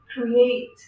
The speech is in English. create